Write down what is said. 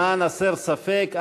למען הסר ספק,